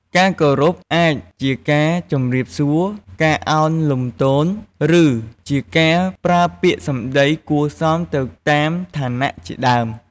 ការគោរព អាចជាការជម្រាបសួរ ការឱនលំទោន ឫជាការប្រើពាក្យសម្ដីគួរសមទៅតាមឋានៈជាដើម។